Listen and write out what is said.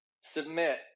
Submit